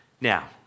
Now